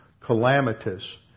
calamitous